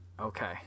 Okay